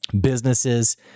businesses